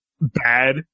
bad